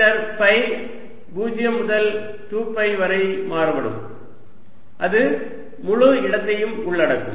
பின்னர் ஃபை 0 முதல் 2 பை வரை மாறுபடும் அது முழு இடத்தையும் உள்ளடக்கும்